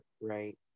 right